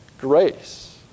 grace